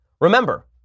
Remember